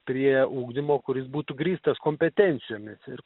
prie ugdymo kuris būtų grįstas kompetencijomis ir